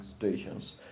situations